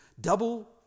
double